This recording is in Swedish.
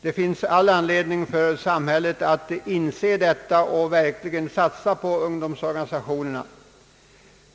Det finns all anledning för samhället att inse detta och verkligen satsa på ungdomsorganisationerna.